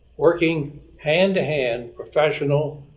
working hand-to-hand, professional-family